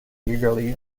eagerly